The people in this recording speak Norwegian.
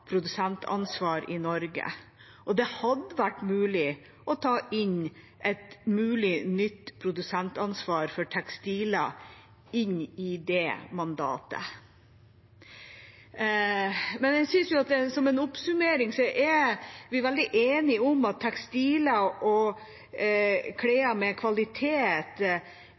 i Norge. Det hadde vært mulig å ta et mulig nytt produsentansvar for tekstiler inn i det mandatet. Men som en oppsummering er vi veldig enige om at tekstiler og klær med kvalitet